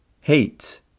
hate